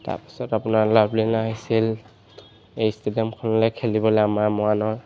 তাৰপিছত আপোনাৰ লাভলীনা আহিছিল এই ষ্টেডিয়ামখনলৈ খেলিবলৈ আমাৰ মৰাণৰ